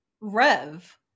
Rev